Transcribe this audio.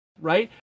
right